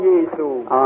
Jesus